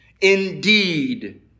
Indeed